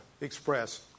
express